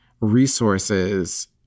resources